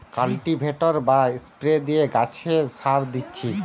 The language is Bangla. কাল্টিভেটর বা স্প্রে দিয়ে গাছে সার দিচ্ছি